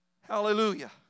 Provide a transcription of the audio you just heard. Hallelujah